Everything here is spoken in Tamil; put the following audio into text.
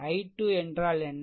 i2 என்றால் என்ன